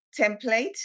template